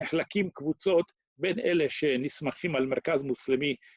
נחלקים קבוצות, בין אלה שנסמכים על מרכז מוסלמי.